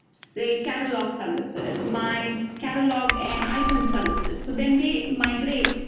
say, catalog services, my catalog and item services. so then they migrate,